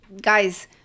guys